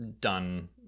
done